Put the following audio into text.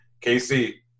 Casey